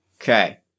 Okay